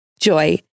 Joy